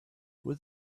was